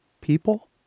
people